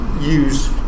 use